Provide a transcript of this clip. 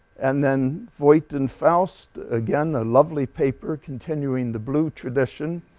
and then voight and faust, again a lovely paper continuing the blue tradition,